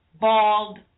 bald